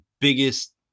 biggest